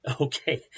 Okay